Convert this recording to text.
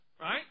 right